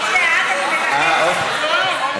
אני מנסה לומר לך.